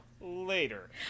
later